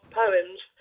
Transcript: poems